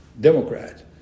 Democrat